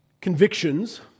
convictions